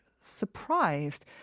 surprised